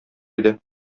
иде